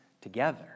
together